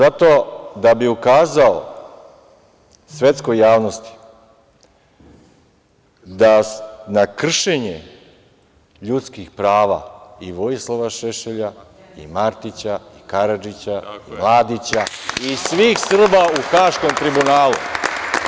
Zato da bi ukazao svetskoj javnosti na kršenje ljudskih prava i Vojislava Šešelja, i Martića, i Karadžića, i Mladića, i svih Srba u Haškom tribunalu.